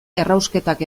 errausketak